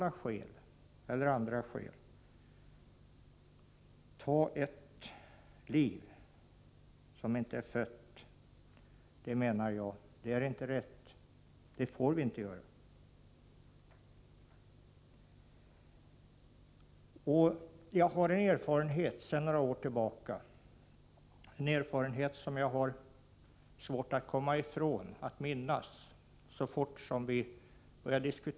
Att av sociala eller andra skäl ta ett liv som inte är fött är inte rätt, menar jag. Det får vi inte göra. Jag minns en händelse för några år sedan. Det är en erfarenhet som jag har svårt att glömma bort.